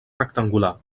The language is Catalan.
rectangular